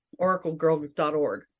oraclegirl.org